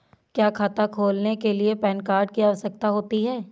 क्या खाता खोलने के लिए पैन कार्ड की आवश्यकता होती है?